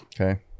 okay